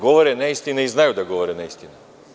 Govore neistine i znaju da govore neistine.